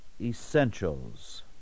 essentials